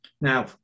Now